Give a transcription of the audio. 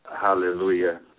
Hallelujah